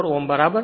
44 ohm બરાબર